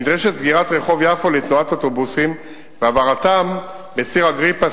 נדרשת סגירת רחוב יפו לתנועת אוטובוסים והעברתם בציר אגריפס,